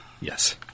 Yes